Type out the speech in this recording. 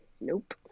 Nope